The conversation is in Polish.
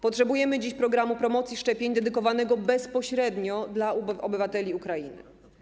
Potrzebujemy dziś programu promocji szczepień dedykowanego bezpośrednio dla obywateli Ukrainy.